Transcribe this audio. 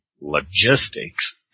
logistics